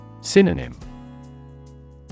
Synonym